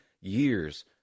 years